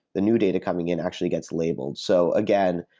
the new data coming in actually gets labeled. so again,